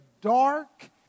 dark